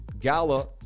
Gala